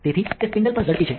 તેથી તે સ્પિન્ડલ પર ઝડપી છે